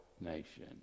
nation